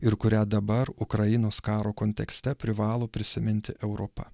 ir kurią dabar ukrainos karo kontekste privalo prisiminti europa